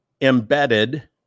embedded